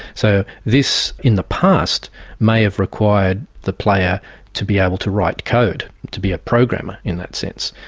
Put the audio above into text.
so this in the past may have required the player to be able to write code, to be a programmer in that sense,